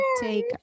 take